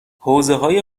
حوزههای